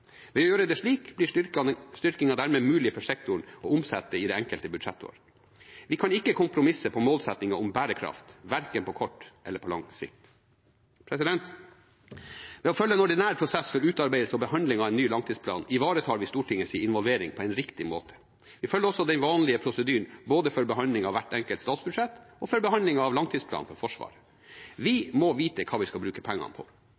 Ved å gjøre det slik blir styrkingen dermed mulig for sektoren å omsette i det enkelte budsjettår. Vi kan ikke kompromisse på målsettingen om bærekraft, verken på kort eller på lang sikt. Ved å følge en ordinær prosess for utarbeidelse og behandling av en ny langtidsplan ivaretar vi Stortingets involvering på en riktig måte. Vi følger også den vanlige prosedyren, både for behandlingen av hvert enkelt statsbudsjett og for behandlingen av langtidsplanen for Forsvaret. Vi må vite hva vi skal bruke pengene på.